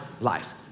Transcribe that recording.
life